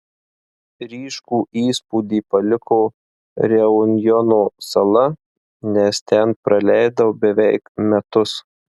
ryškų įspūdį paliko reunjono sala nes ten praleidau beveik metus